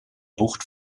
bucht